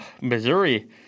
Missouri